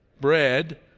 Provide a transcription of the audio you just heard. bread